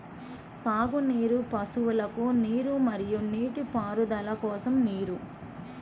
త్రాగునీరు, పశువులకు నీరు మరియు నీటిపారుదల కోసం నీరు